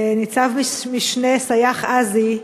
ניצב-משנה סיאח עזי,